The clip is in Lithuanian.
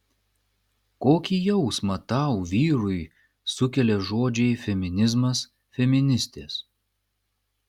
kokį jausmą tau vyrui sukelia žodžiai feminizmas feministės